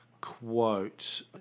quote